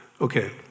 Okay